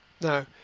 Now